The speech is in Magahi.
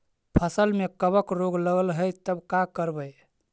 फसल में कबक रोग लगल है तब का करबै